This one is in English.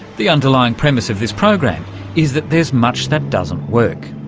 the underlying premise of this program is that there's much that doesn't work.